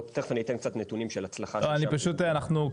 תיכף אני אתן קצת נתונים של הצלחה --- אנחנו פשוט קצרים